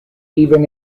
even